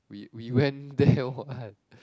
we went there what